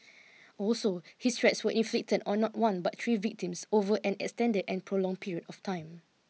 also his threats were inflicted on not one but three victims over an extended and prolonged period of time